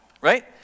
right